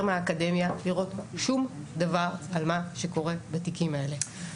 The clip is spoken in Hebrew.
מהאקדמיה לראות שום דבר על מה שקורה בתיקים האלה.